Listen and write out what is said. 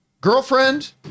girlfriend